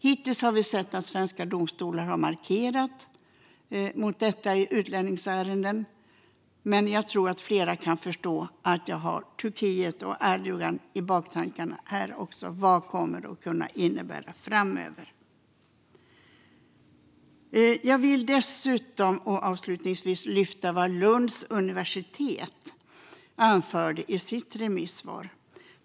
Hittills har vi sett att svenska domstolar har markerat mot detta i utlämningsärenden, men jag tror att flera kan förstå att jag har Turkiet och Erdogan i tankarna här. Vad kommer detta att kunna innebära framöver? Jag vill avslutningsvis lyfta något som Lunds universitet anförde i sitt remissvar.